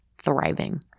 Thriving